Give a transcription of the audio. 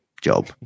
job